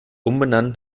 umbenannt